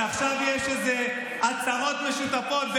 ועכשיו יש איזה הצהרות משותפות.